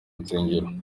nsengero